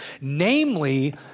namely